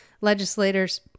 legislators